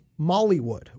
Mollywood